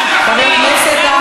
שהקשבת.